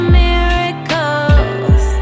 miracles